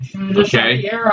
Okay